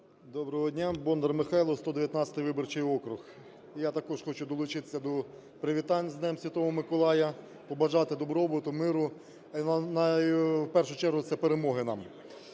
Доброго дня! Бондар Михайло, 119 виборчій округ. Я також хочу долучитися до привітань з Днем Святого Миколая, побажати добробуту, миру та, в першу чергу, це перемоги нам.